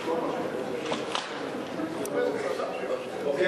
תזכור מה שאני אומר לך,